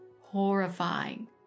horrifying